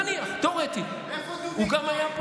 נגיד הוא היה,